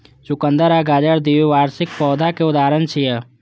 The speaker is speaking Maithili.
चुकंदर आ गाजर द्विवार्षिक पौधाक उदाहरण छियै